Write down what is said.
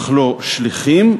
אך לא לגבי שליחים,